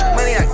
Money